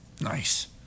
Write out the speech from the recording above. Nice